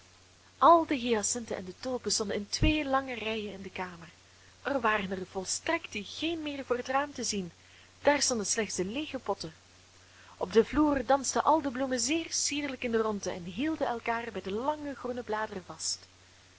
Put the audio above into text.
al de hyacinten en de tulpen stonden in twee lange rijen in de kamer er waren er volstrekt geen meer voor het raam te zien daar stonden slechts de leege potten op den vloer dansten al de bloemen zeer sierlijk in de rondte en hielden elkaar bij de lange groene bladeren vast